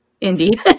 Indeed